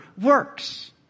works